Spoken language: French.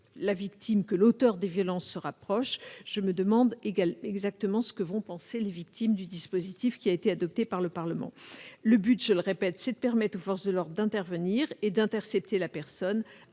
la victime que l'auteur des violences se rapproche, que penseront les victimes du dispositif adopté par le Parlement ? Le but, je le répète, est de permettre aux forces de l'ordre d'intervenir et d'intercepter la personne